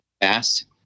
fast